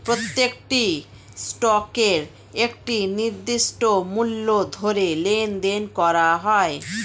প্রত্যেকটি স্টকের একটি নির্দিষ্ট মূল্য ধরে লেনদেন করা হয়